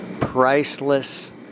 priceless